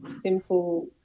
simple